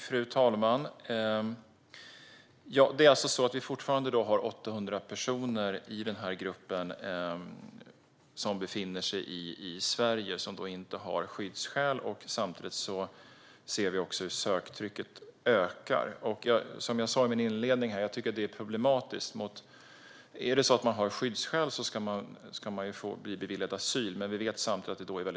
Fru talman! Det finns fortfarande 800 personer i den här gruppen som befinner sig i Sverige som inte har skyddsskäl. Samtidigt ser vi hur söktrycket ökar. Det är problematiskt. Om man har skyddsskäl ska man bli beviljad asyl. Men vi vet samtidigt att de är få.